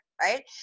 right